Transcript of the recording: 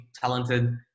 talented